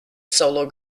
solo